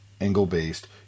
angle-based